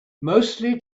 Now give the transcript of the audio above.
mostly